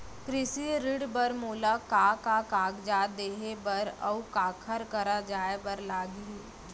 कृषि ऋण बर मोला का का कागजात देहे बर, अऊ काखर करा जाए बर लागही?